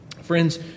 Friends